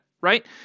right